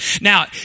Now